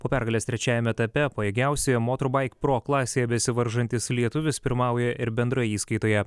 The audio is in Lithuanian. po pergalės trečiajame etape pajėgiausioje motorbike pro klasėje besivaržantis lietuvis pirmauja ir bendroje įskaitoje